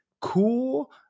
Cool